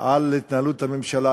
לגבי התנהלות הממשלה,